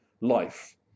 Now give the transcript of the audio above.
life